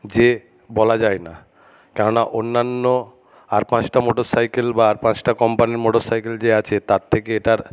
যে বলা যায় না কেন না অন্যান্য আর পাঁচটা মোটর সাইকেল বা আর পাঁচটা কম্পানির মোটর সাইকেল যে আছে তার থেকে এটার